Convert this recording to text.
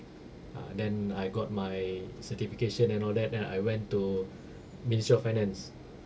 ah then I got my certification and all that then I went to ministry of finance